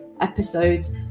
episodes